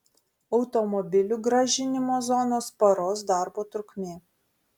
automobilių grąžinimo zonos paros darbo trukmė